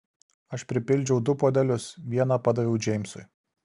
aš pripildžiau du puodelius vieną padaviau džeimsui